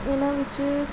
ਇਨ੍ਹਾਂ ਵਿੱਚ